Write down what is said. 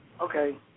okay